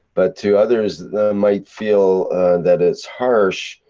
but to others that might feel that is harsh,